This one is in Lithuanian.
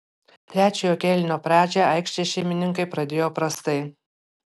trečiojo kėlinio pradžią aikštės šeimininkai pradėjo prastai